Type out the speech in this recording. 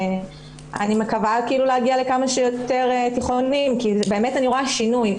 אני מקווה להגיע לכמה שיותר תיכוניים כי באמת אני רואה שינוי.